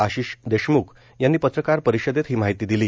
आशिष देशम्ख यांनी पत्रकार परिषदेत ही माहिती दिली